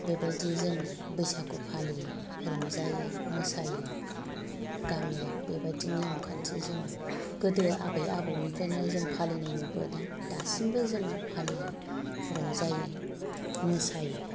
बेबायदिनो जों बैसागु फालियो रंजायो मोसायो गामियाव बेबादिनो नेमखान्थि जोङो गोदो आबै आबौनिफ्रायनो जों फालिनाय नुबोदों दासिमबो जों फालियो रंजायो मोसायो